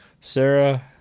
Sarah